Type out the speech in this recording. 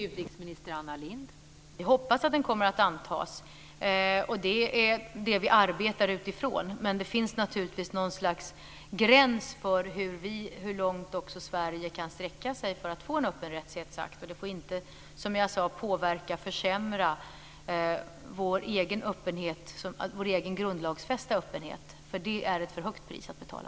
Fru talman! Jag hoppas att den kommer att antas. Det är det vi arbetar utifrån. Men det finns naturligtvis något slags gräns för hur långt Sverige kan sträcka sig för att få en öppenhetsrättsakt. Det får inte, som jag sade, påverka och försämra vår egen grundlagsfästa öppenhet. Det är ett för högt pris att betala.